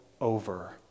over